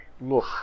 look